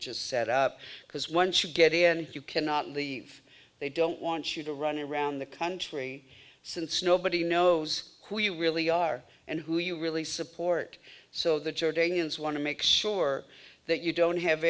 just set up because once you get in you cannot leave they don't want you to run around the country since nobody knows who you really are and who you really support so that your day want to make sure that you don't have